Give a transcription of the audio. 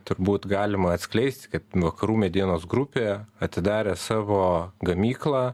turbūt galima atskleist kad vakarų medienos grupė atidarė savo gamyklą